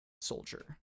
soldier